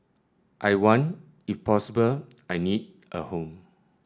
I want if possible I need a home